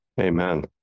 Amen